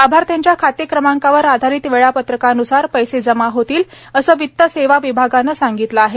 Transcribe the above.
लाभार्थ्यांच्या खातेक्रमांकावर आधारित वेळापत्रकान्सार पैसे जमा होतील असं वित्त सेवा विभागाने सांगितलं आहे